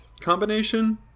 combination